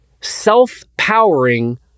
self-powering